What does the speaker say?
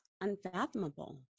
unfathomable